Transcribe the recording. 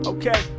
Okay